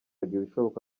ibishoboka